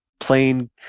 plain